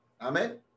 Amen